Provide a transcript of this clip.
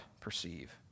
perceive